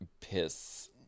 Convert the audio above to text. piss